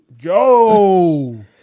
Yo